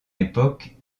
époque